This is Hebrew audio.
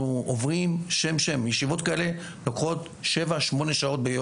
עוברים שם-שם, ישיבות כאלה לוקחות 7-8 שעות.